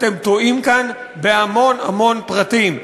אתם טועים כאן בהמון המון פרטים,